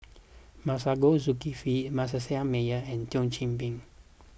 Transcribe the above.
Masagos Zulkifli Manasseh Meyer and Thio Chan Bee